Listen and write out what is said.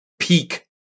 peak